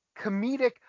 comedic